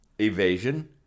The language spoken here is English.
evasion